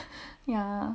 ya